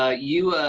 ah you.